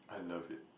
I love it